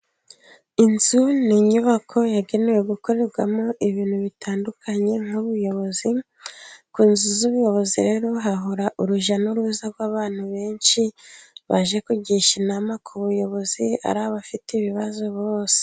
Inzu ni inyubako yagenewe gukorerwamo ibintu bitandukanye nk'ubuyobozi, ku nzu z'ubuyobozi rero hahora urujya n'uruza rw'abantu benshi, bajye kugisha inama k'ubuyobozi ari abafite ibibazo bose...